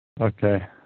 Okay